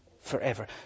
forever